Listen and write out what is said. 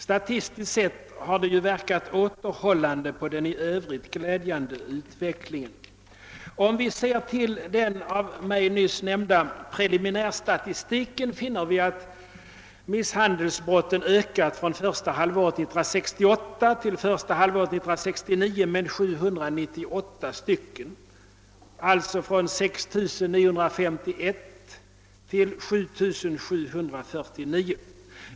Statistiskt sett har detta verkat återhållande på den i övrigt glädjande utvecklingen. Om vi ser till den av mig nyss nämnda preliminärstatistiken, finner vi att antalet misshandelsbrott har ökat från första halvåret 1968 till första halvåret 1969 med 798 fall, eller från 6 951 till 7749.